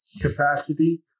capacity